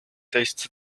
tastes